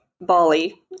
Bali